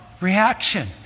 reaction